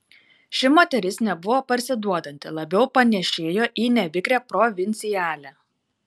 ši moteris nebuvo parsiduodanti labiau panėšėjo į nevikrią provincialę